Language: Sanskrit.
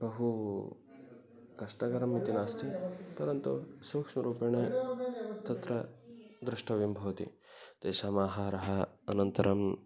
बहु कष्टकरमिति नास्ति परन्तु सूक्ष्मरूपेण तत्र द्रष्टव्यं भवति तेषाम् आहारः अनन्तरम्